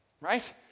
right